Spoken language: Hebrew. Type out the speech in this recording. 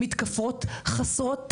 מתקפות חסרות תקדים,